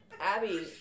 Abby